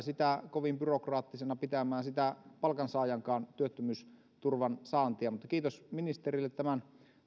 sitä kovin byrokraattisena pitämään sitä palkansaajankaan työttömyysturvan saantia mutta kiitos ministerille tämän